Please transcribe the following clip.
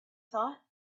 thought